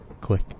Click